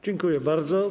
Dziękuję bardzo.